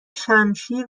شمشیر